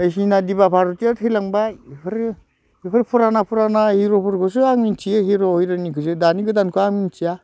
बै हिना दिबा भारतिया थैलांबाय बेफोरो बेफोर फुराना फुराना हिर'फोरखौसो आं मिनथियो हिर' हिर'इनिखौसो दानि गोदानखौ आं मिनथिया